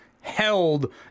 held